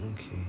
okay